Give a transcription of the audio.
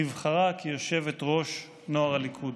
נבחרה כיושבת-ראש נוער הליכוד.